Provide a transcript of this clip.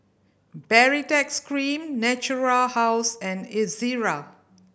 Baritex Cream Natura House and Ezerra